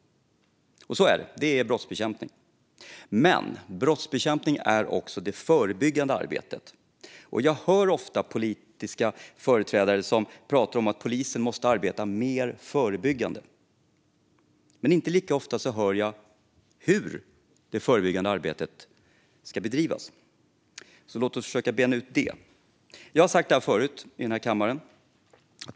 Och så är det. Det är brottsbekämpning. Men brottsbekämpning är också det förebyggande arbetet. Jag hör ofta politiska företrädare prata om att polisen måste arbeta mer förebyggande. Inte lika ofta hör jag hur det förebyggande arbetet ska bedrivas. Låt oss därför försöka bena ut det. Jag har sagt det här förut i den kammaren.